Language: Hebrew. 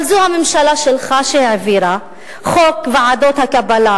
אבל זו הממשלה שלך שהעבירה חוק ועדות הקבלה,